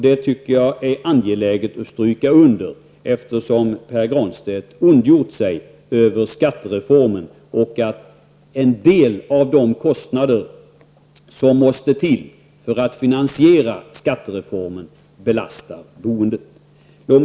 Jag tycker att det är angeläget att stryka under detta; eftersom Pär Granstedt ondgjorde sig över skattereformen och över att en del av de kostnader som måste till för att finansiera skattereformen belastar boendet.